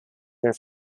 their